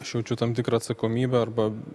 aš jaučiu tam tikrą atsakomybę arba